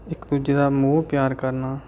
ਇੱਕ ਦੂਜੇ ਦਾ ਮੋਹ ਪਿਆਰ ਕਰਨਾ